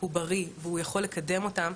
בריא והוא יכול לקדם אותם.